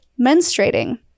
menstruating